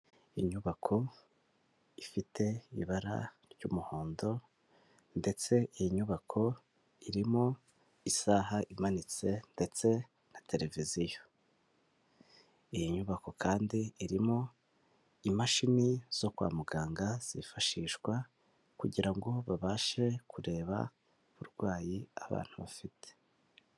Inyubako ifite ibara ry'umuhondo ndetse iyi nyubako irimo isaha imanitse ndetse na televiziyo. Iyi nyubako kandi irimo imashini zo kwa muganga zifashishwa kugirango babashe kureba uburwayi abantu bafite.